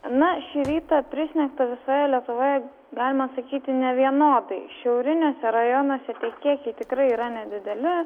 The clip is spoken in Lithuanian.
na šį rytą prisnigta visoje lietuvoje galima sakyti nevienodai šiauriniuose rajonuose tie kiekiai tikrai yra nedideli